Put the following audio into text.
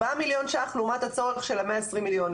4 מיליון ₪ לעומת הצורך של ה-120 מיליון.